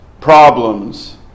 problems